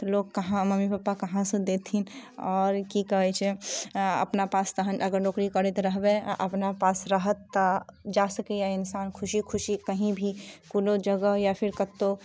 तऽ लोक कहाँ मम्मी पपा कहाँ से देथिन आओर कि कहै छै अपना पास तहन अगर नौकरी करैत रहबै आ अपना पास रहत तऽ जा सकैया इन्सान खुशी खुशी कहीं भी कोनो जगह या फेर कतौ